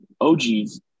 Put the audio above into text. OG's